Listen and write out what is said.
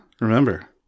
remember